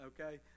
okay